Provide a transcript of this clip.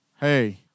hey